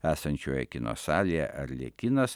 esančioje kino salėje arlekinas